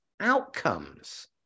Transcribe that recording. outcomes